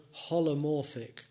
holomorphic